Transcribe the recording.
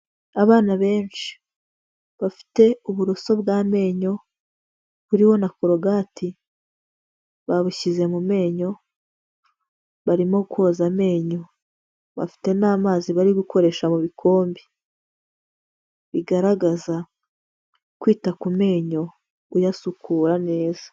Abana benshi bafite uburoso bw'amenyo buriho na korogate, babushyize mu menyo barimo koza amenyo, bafite n'amazi bari gukoresha mu bikombe, bigaragaza kwita ku menyo uyasukura neza.